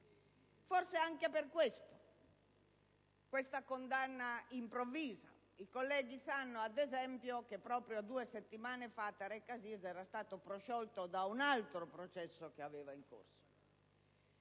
Forse anche per questo la sua condanna improvvisa: i colleghi sanno ad esempio che proprio due settimane Tareq Aziz era stato prosciolto dalle accuse mossegli in un altro processo che aveva in corso.